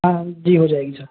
हाँ जी हो जाएगी सर